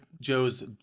Joe's